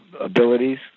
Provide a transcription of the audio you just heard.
abilities